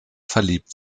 verliebt